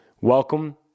welcome